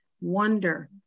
wonder